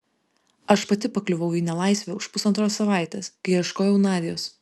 aš pati pakliuvau į nelaisvę už pusantros savaitės kai ieškojau nadios